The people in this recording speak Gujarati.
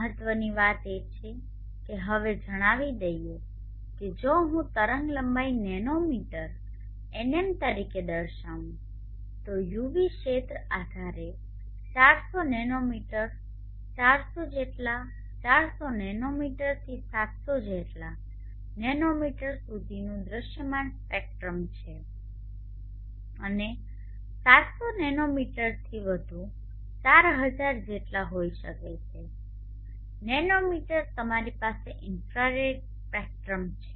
મહત્ત્વની વાત એ છે કે હવે જણાવી દઈએ કે જો હું તરંગલંબાઇ નેનોમીટર nm તરીકે દર્શાવું છું તો UV ક્ષેત્ર આશરે 400 નેનોમીટર 400 જેટલા 400 નેનોમીટરથી 700 જેટલા નેનોમીટર સુધીનું દૃશ્યમાન સ્પેક્ટ્રમ છે અને 700 નેનોમીટરથી વધુ 4000 જેટલા હોઈ શકે છે નેનોમીટર તમારી પાસે ઇન્ફ્રારેડ સ્પેક્ટ્રમ છે